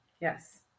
yes